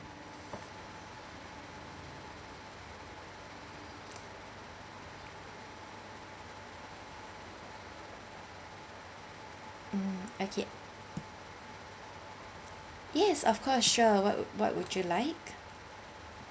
mmhmm okay yes of course sure what what would you like